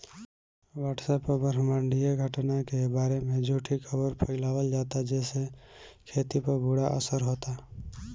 WhatsApp पर ब्रह्माण्डीय घटना के बारे में झूठी खबर फैलावल जाता जेसे खेती पर बुरा असर होता